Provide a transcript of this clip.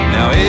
Now